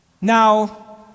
now